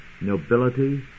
nobility